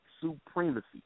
supremacy